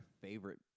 favorite